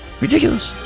Ridiculous